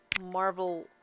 Marvel